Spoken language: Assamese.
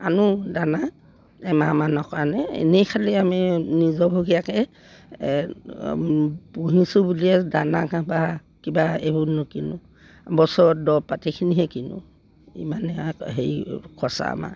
আনোঁ দানা এমাহমানৰ কাৰণে এনেই খালি আমি নিজাববীয়াকৈ পুহিছোঁ বুলিয়ে দানা কিবা এইবোৰ নো কিনো বছৰত দৰৱ পাতিখিনিহে কিনোঁ ইমানে আৰু হেৰি খৰচা আমাৰ